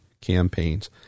campaigns